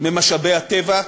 ממשאבי הטבע.